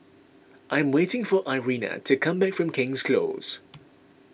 I'm waiting for Irena to come back from King's Close